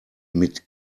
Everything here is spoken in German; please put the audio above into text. mit